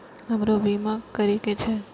हमरो बीमा करीके छः?